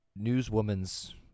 newswoman's